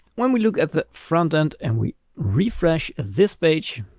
when we look at the front end, and we refresh ah this page,